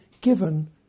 given